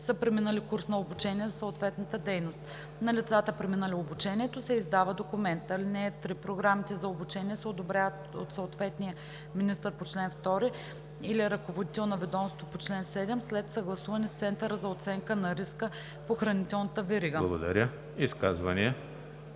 са преминали курс на обучение за съответната дейност. На лицата, преминали обучението, се издава документ. (3) Програмите за обучение се одобряват от съответния министър по чл. 2 или ръководител на ведомство по чл. 7 след съгласуване с Центъра за оценка на риска по хранителната верига“.